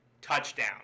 touchdown